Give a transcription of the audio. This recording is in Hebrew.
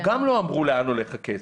גם לא אמרו לאן הולך הכסף.